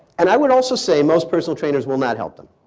and i would also say most personal trainers will not help them.